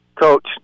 Coach